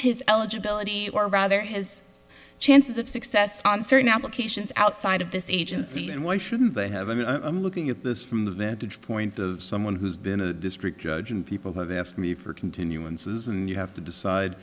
his eligibility or rather his chances of success on certain applications outside of this agency and why shouldn't they have i mean i'm looking at this from the vantage point of someone who's been a district judge and people have asked me for continuances and you have to decide